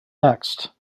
next